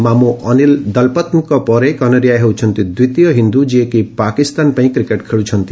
ମାମୁ ଅନିଲ୍ ଦଲ୍ପତ୍ଙ୍କ ପରେ କନେରିଆ ହେଉଛନ୍ତି ଦ୍ୱିତୀୟ ହିନ୍ଦୁ ଯିଏକି ପାକସ୍ତାନ ପାଇଁ କ୍ରିକେଟ୍ ଖେଳୁଛନ୍ତି